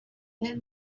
then